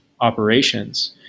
operations